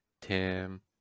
Tim